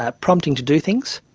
ah prompting to do things.